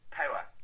power